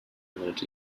mod